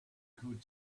could